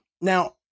Now